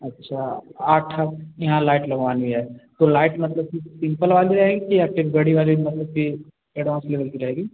अच्छा आठ यहाँ लाइट लगवानी है तो लाइट मतलब कि सिम्पल वाली रहेगी कि या फिर बड़ी वाली मतलब कि एडवांस लेवल की रहेगी